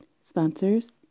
sponsors